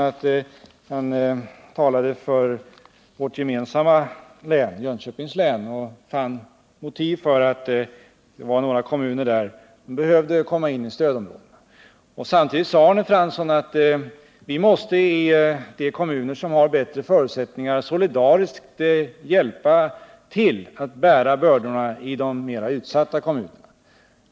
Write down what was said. Han talade för vårt gemensamma län, Jönköpings län, och fann att några kommuner där behövde komma in i stödområdet. Samtidigt sade han att de kommuner som har bättre förutsättningar solidariskt måste hjälpa till att bära bördorna i de mer utsatta kommunerna.